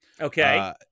Okay